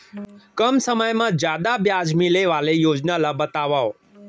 कम समय मा जादा ब्याज मिले वाले योजना ला बतावव